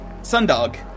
Sundog